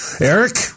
Eric